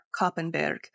Koppenberg